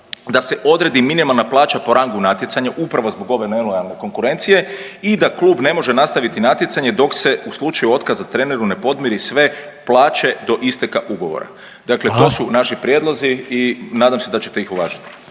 da se odredi minimalna plaća po rangu natjecanja upravo zbog ove nelojalne konkurencije i da klub ne može nastaviti natjecanje dok se u slučaju otkaza treneru ne podmiri sve plaće do isteka ugovora. Dakle, to su naši …/Upadica Reiner: Hvala./… prijedlozi i nadam se da ćete ih uvažiti.